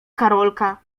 karolka